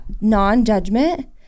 non-judgment